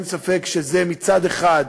אין ספק שזה מצד אחד